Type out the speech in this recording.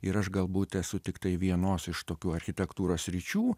ir aš galbūt esu tiktai vienos iš tokių architektūros sričių